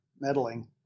meddling